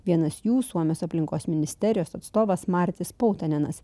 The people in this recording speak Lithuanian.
vienas jų suomijos aplinkos ministerijos atstovas martis pautenenas